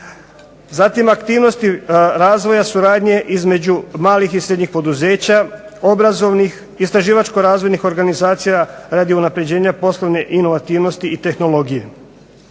Zatim aktivnosti razvoja suradnje između malih i srednjih poduzeća, obrazovnih, istraživačko razvojnih organizacija radi unapređenja poslovne inovativnosti i tehnologije.